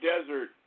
desert